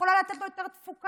שיכולה לתת לו יותר תפוקה.